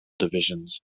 divisions